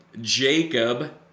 Jacob